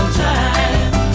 time